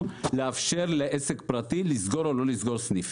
לאפשר לעסק פרטי לסגור או לא לסגור סניף,